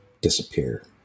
disappear